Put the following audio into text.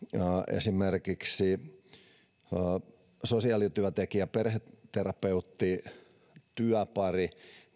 esimerkiksi sosiaalityöntekijä perheterapeutti työpari